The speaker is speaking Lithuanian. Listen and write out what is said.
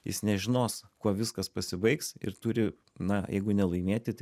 jis nežinos kuo viskas pasibaigs ir turi na jeigu ne laimėti tai